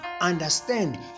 understand